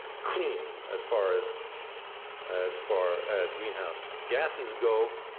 clean, as far as as far as greenhouse gases go,